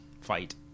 fight